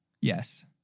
Yes